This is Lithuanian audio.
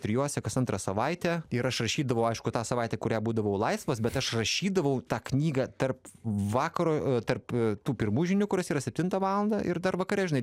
trijuose kas antrą savaitę ir aš rašydavau aišku tą savaitę kurią būdavau laisvas bet aš rašydavau tą knygą tarp vakaro tarp tų pirmų žinių kurios yra septintą valandą ir dar vakare žinai